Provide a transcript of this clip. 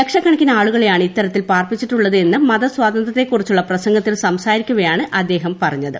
ലക്ഷക്കണക്കിന് ആളുകളെയാണ് ഇത്തരത്തിൽ പാർപ്പിച്ചിട്ടുള്ളത് എന്ന് മതസ്വാതന്ത്ര്യത്തെക്കുറിച്ചുള്ള പ്രസംഗത്തിൽ സംസാരിക്കവേയാണ് അദ്ദേഹം ഇക്കാര്യം പറഞ്ഞത്